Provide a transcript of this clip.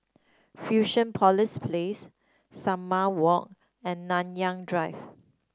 Fusionopolis Place Salam Walk and Nanyang Drive